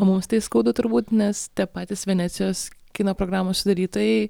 o mums tai skaudu turbūt nes tie patys venecijos kino programų sudarytojai